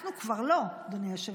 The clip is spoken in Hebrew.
אנחנו כבר לא, אדוני היושב-ראש.